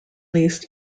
least